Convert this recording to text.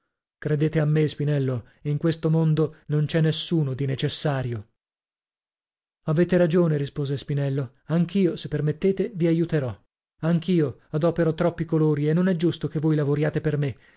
credete a me spinello in questo mondo non c'è nessuno di necessario avete ragione rispose spinello anch'io se permettete vi aiuterò anch'io adopero troppi colori e non è giusto che voi lavoriate per me